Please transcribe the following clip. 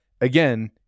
again